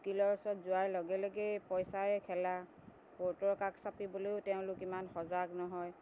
উকীলৰ ওচৰত যোৱাৰ লগে লগেই পইচাৰে খেলা কোৰ্টৰ কাষ চাপিবলৈও তেওঁলোক ইমান সজাগ নহয়